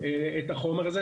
את החומר הזה.